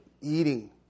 eating